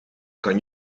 kan